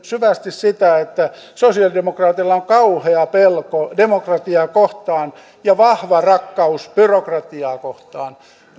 syvästi sitä että sosiaalidemokraateilla on kauhea pelko demokratiaa kohtaan ja vahva rakkaus byrokratiaa kohtaan